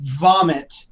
vomit